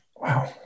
Wow